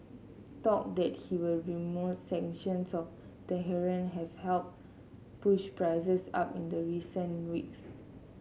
talk that he will sanctions on Tehran have helped push prices up in the recent weeks